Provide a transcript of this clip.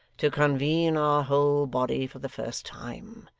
to convene our whole body for the first time.